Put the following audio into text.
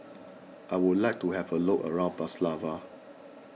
I would like to have a look around Bratislava